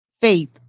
faith